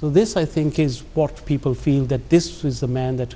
so this i think is what people feel that this was the man that